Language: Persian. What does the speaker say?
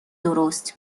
درست